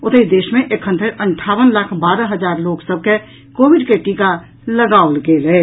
ओतहि देश मे एखन धरि अंठावन लाख बारह हजार लोक सभ के कोविड के टीका लगाओल गेल अछि